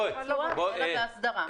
לא בביצוע אלא באסדרה.